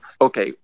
okay